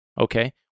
okay